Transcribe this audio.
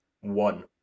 One